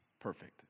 perfect